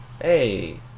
Hey